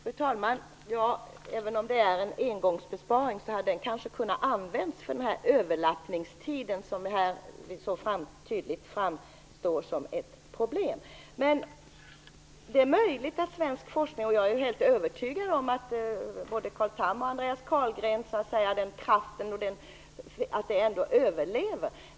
Fru talman! Även om det är en engångsbesparing hade den kanske kunnat användas för den överlappningstid som här så tydligt framstår som ett problem. Det är möjligt att svensk forskning ändå överlever. Jag är helt övertygad om att både Carl Tham och Andreas Carlgren har den kraften.